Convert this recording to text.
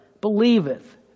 believeth